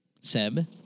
Seb